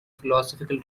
philosophical